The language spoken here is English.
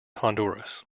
honduras